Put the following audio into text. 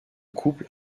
couple